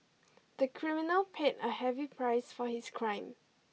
the criminal paid a heavy price for his crime